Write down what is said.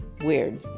Weird